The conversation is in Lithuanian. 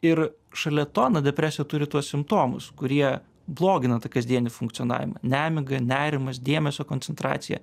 ir šalia to na depresija turi tuos simptomus kurie blogina tą kasdienį funkcionavimą nemiga nerimas dėmesio koncentracija